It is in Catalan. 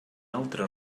altre